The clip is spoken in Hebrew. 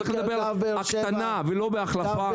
צריך לדבר על הקטנה ולא על החלפה.